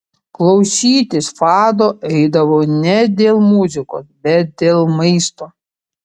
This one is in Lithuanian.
klausytis fado eidavau ne dėl muzikos bet dėl maisto